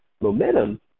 momentum